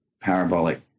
parabolic